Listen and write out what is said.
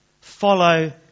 follow